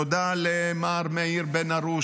תודה למר מאיר בן הרוש,